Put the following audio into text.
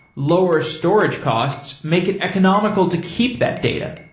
lower storage costs make it economical to keep that data.